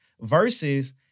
versus